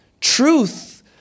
Truth